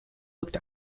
looked